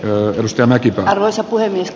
alla mustamäki arvoisa puhemies